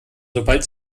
sobald